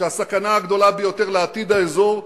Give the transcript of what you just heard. שהסכנה הגדולה ביותר לעתיד האזור,